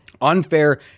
Unfair